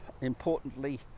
importantly